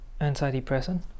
antidepressant